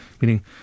meaning